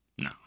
no